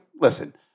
Listen